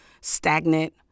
stagnant